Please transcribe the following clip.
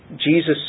Jesus